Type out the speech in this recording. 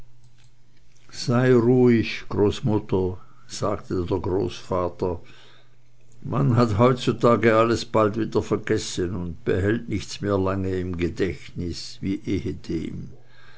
sei ruhig großmutter sagte der großvater man hat heutzutag alles bald wieder vergessen und behält nichts mehr lange im gedächtnis wie